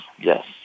yes